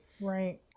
right